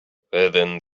within